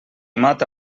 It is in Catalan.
mata